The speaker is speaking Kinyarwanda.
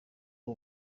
nta